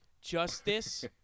Justice